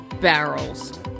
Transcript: Barrels